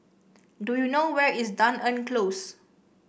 do you know where is Dunearn Close